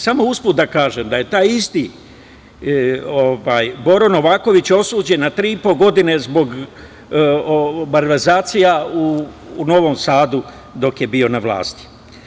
Samo usput da kažem da je taj isti Boro Novaković osuđen na 3,5 godina zbog malverzacija u Novom Sadu dok je bio na vlasti.